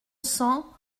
cents